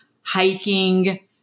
hiking